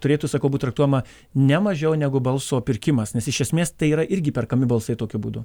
turėtų sakau būt traktuojama ne mažiau negu balso pirkimas nes iš esmės tai yra irgi perkami balsai tokiu būdu